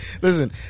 listen